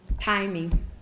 timing